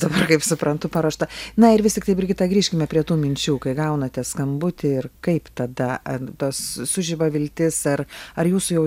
dabar kaip suprantu paruošta na ir vis tiktai brigita grįžkime prie tų minčių kai gaunate skambutį ir kaip tada ar tas sužiba viltis ar ar jūsų jau